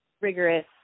rigorous